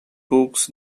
books